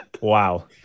Wow